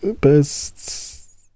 Best